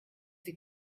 sie